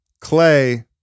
Clay